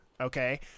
okay